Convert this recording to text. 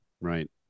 right